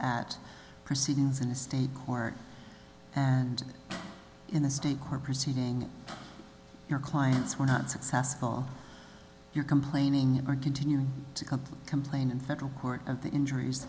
at proceedings in a state court and in a state court proceeding your clients were not successful you're complaining or continuing to complain in federal court and the